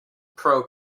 pro